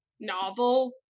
novel